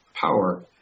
power